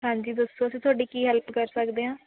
ਹਾਂਜੀ ਦੱਸੋ ਤੁਹਾਡੀ ਕੀ ਹੈਲਪ ਕਰ ਸਕਦੇ ਹਾਂ